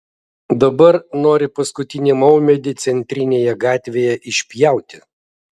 dabar nori paskutinį maumedį centrinėje gatvėje išpjauti